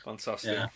Fantastic